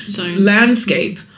landscape